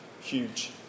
Huge